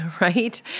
right